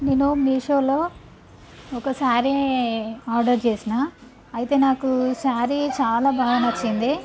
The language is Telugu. నేను మీషోలో ఒక శారీ ఆర్డర్ చేసినా అయితే నాకు శారీ చాలా బాగా నచ్చింది